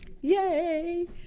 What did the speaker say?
Yay